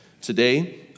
Today